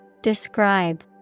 Describe